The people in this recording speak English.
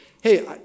hey